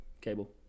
cable